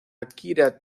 akira